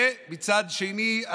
ומצד שני,